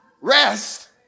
rest